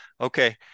okay